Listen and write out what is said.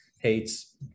hates